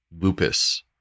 lupus